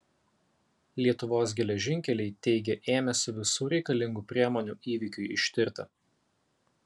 lietuvos geležinkeliai teigia ėmęsi visų reikalingų priemonių įvykiui ištirti